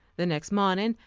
the next morning,